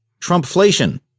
Trumpflation